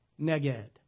neged